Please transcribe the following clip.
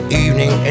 evening